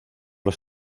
los